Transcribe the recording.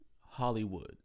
Hollywood